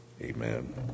amen